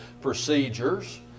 procedures